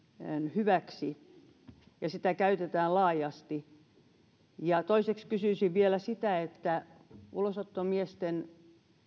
hyväksi ja sitä käytetään laajasti toiseksi kysyisin vielä onko ulosottomiesten